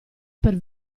per